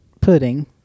pudding